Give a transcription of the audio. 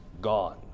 gone